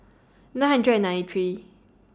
nine hundred and ninety three